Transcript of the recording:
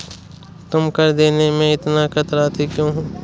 तुम कर देने में इतना कतराते क्यूँ हो?